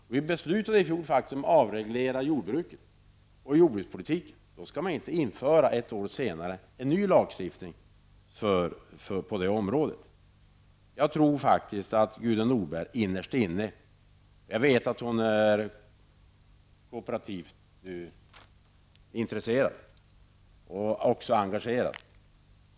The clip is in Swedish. Riksdagen beslöt i fjol att avreglera jordbruket och jordbrukspolitiken. Då skall man inte ett år senare införa en ny lagstiftning på detta område. Jag vet att Gudrun Norberg är kooperativt intresserad och engagerad.